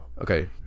Okay